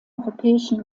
europäischen